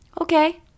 Okay